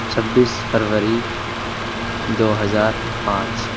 چھبیس فروری دو ہزار پانچ